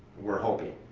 we're hoping.